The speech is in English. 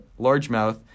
largemouth